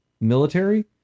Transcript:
military